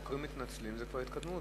שהחוקרים מתנצלים זה כבר התקדמות.